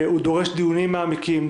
הוא דורש דיונים מעמיקים,